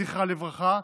זכרה לברכה,